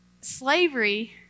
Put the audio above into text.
Slavery